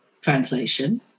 translation